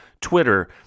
Twitter